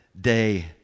day